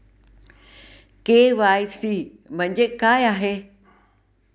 KYC म्हणजे काय आहे?